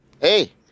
Hey